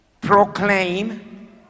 proclaim